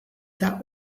that